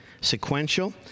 sequential